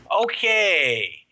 Okay